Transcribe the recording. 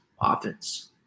offense